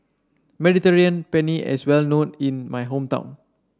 Mediterranean Penne is well known in my hometown